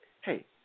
hey